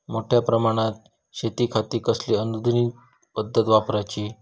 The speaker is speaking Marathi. मोठ्या प्रमानात शेतिखाती कसली आधूनिक पद्धत वापराची?